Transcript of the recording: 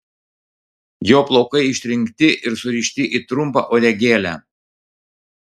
jo plaukai ištrinkti ir surišti į trumpą uodegėlę